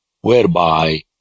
whereby